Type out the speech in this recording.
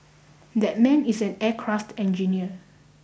that man is an aircraft engineer